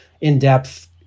in-depth